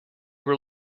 were